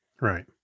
Right